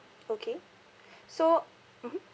okay so mmhmm